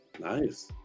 nice